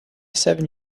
seven